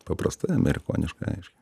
paprastai amerikoniškai aiškiai